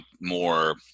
more